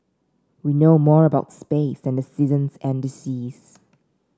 we know more about space than the seasons and the seas